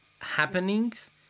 Happenings